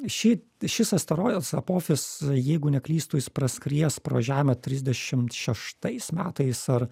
ši šis asteroidas apofis jeigu neklystu jis praskries pro žemę trisdešimt šeštais metais ar